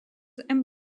and